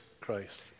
Christ